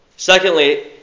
Secondly